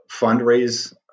fundraise